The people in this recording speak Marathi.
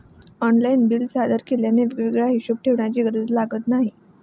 ऑनलाइन बिल सादर केल्याने वेगळा हिशोब ठेवण्याची गरज नाही